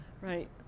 Right